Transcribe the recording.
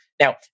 now